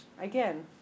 again